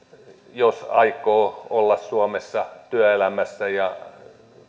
jos aikoo olla suomessa työelämässä ja